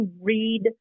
read